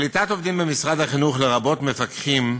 קליטת עובדים במשרד החינוך, לרבות מפקחים,